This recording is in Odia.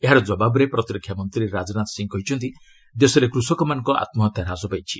ଏହାର ଜବାବରେ ପ୍ରତିରକ୍ଷା ମନ୍ତ୍ରୀ ରାଜନାଥ ସିଂହ କହିଛନ୍ତି ଦେଶରେ କୃଷକମାନଙ୍କ ଆତ୍ମହତ୍ୟା ହ୍ରାସ ପାଇଛି